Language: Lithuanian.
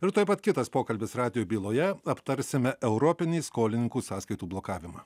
ir tuoj pat kitas pokalbis radijo byloje aptarsime europinį skolininkų sąskaitų blokavimą